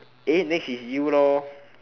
eh next is you lor